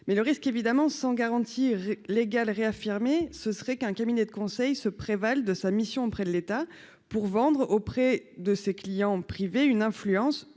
mais le risque évidemment sans garantie légale réaffirmé ce serait qu'un cabinet de conseil se prévalent de sa mission auprès de l'État pour vendre auprès de ses clients privés une influence